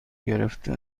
گرفته